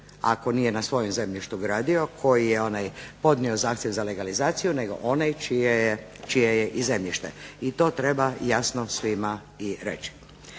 ako nije na svojem zemljištu gradio koji je podnio zahtjev za legalizaciju, nego onaj čije je i zemljište. I to treba jasno svima i reći.